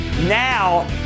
now